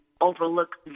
overlook